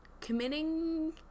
committing